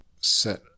set